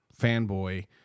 fanboy